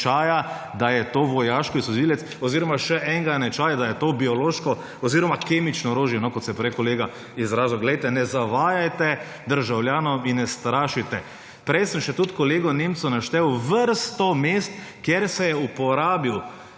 da je to vojaški solzivec oziroma še en enačaj, da je to biološko oziroma kemično orožje, kot se je prej kolega izrazil. Ne zavajajte državljanov in ne strašite. Prej sem še tudi kolegu Nemcu našel vrsto mest, kjer se je uporabil